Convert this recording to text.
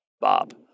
Bob